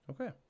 Okay